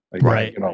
right